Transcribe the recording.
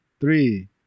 three